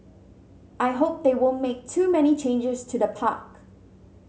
I hope they won't make too many changes to the park